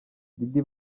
diddy